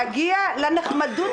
מה מנע מפקידי האוצר להגיע לנחמדות